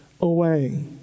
away